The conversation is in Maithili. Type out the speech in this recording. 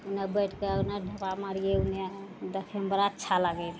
ओने बैठ कऽ ओने ढेपा मारियै उ देखयमे बड़ा अच्छा लागय रहय